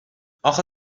اخه